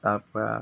তাৰ পৰা